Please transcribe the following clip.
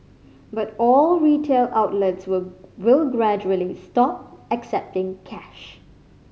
but all retail outlets will will gradually stop accepting cash